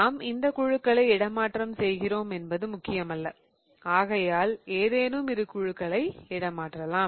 நாம் எந்த குழுக்களை இடமாற்றம் செய்கிறோம் என்பது முக்கியமல்ல ஆகையால் ஏதேனும் இரு குழுக்களை இடமாற்றலாம்